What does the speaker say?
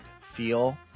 feel